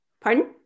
pardon